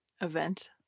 event